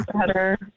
Better